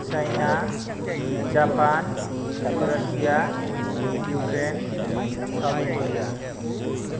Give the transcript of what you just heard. China Japan Russia Ukraine South Korea